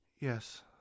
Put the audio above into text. Yes